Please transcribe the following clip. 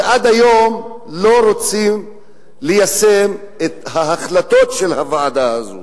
ועד היום לא רוצים ליישם את ההחלטות של הוועדה הזאת.